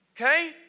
okay